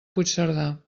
puigcerdà